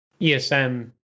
ESM